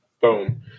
Boom